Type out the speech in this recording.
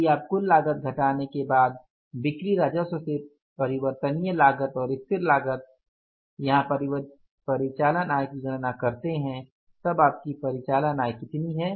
यदि आप कुल लागत घटाने के बाद बिक्री राजस्व से परिवर्तनीय लागत और स्थिर लागत यहाँ परिचालन आय की गणना करते हैं तब आपकी परिचालन आय कितनी है